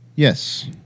Yes